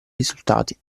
risultati